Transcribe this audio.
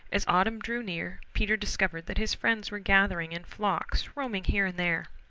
as autumn drew near peter discovered that his friends were gathering in flocks, roaming here and there.